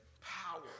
power